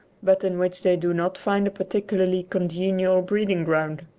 but in which they do not find a particularly congenial breeding ground.